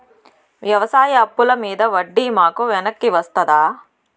వ్యవసాయ అప్పుల మీద వడ్డీ మాకు వెనక్కి వస్తదా?